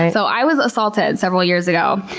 i so i was assaulted several years ago,